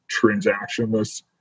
transactionless